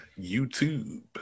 YouTube